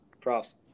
props